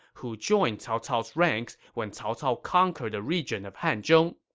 who joined cao cao's ranks when cao cao conquered the region of hanzhong.